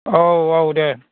औ औ दे